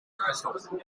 gedaan